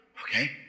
Okay